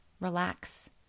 relax